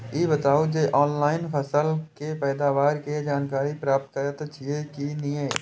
ई बताउ जे ऑनलाइन फसल के पैदावार के जानकारी प्राप्त करेत छिए की नेय?